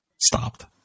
stopped